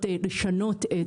שלנו של